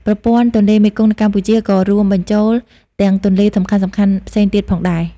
ប្រព័ន្ធទន្លេមេគង្គនៅកម្ពុជាក៏រួមបញ្ចូលទាំងទន្លេសំខាន់ៗផ្សេងទៀតផងដែរ។